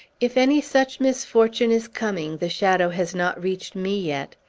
if any such misfortune is coming, the shadow has not reached me yet.